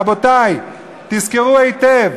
רבותי, תזכרו היטב